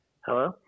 Hello